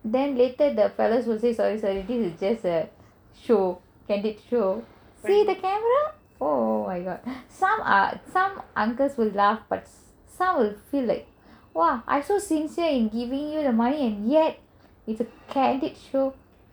then later the fellows will say sorry sorry this is just a show candid show see the camera oh my god some uncles will laugh but some will feel like !wah! I so sincere in giving you the money yet candid show